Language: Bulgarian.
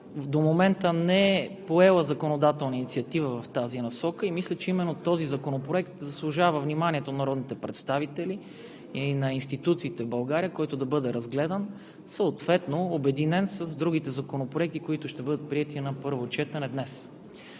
до момента не е поела законодателна инициатива в тази насока и мисля, че този законопроект заслужава вниманието на народните представители и на институциите в България – да бъде разгледан, съответно обединен с другите законопроекти, които ще бъдат приети на първо четене днес.